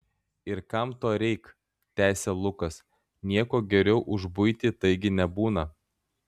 ir kam to reik tęsė lukas nieko geriau už buitį taigi nebūna